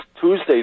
Tuesday